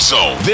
Zone